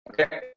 Okay